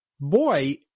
Boy